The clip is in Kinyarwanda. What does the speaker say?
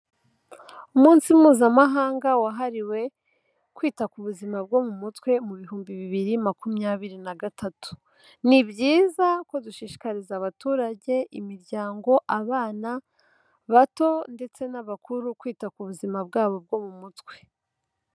Umunsi mpuzamahanga wahariwe kwita ku buzima bwo mu mutwe mu bihumbi bibiri makumyabiri na gatatu, ni byiza ko dushishikariza abaturage, imiryango, abana bato ndetse n'abakuru kwita ku buzima bwabo bwo mu mutwe.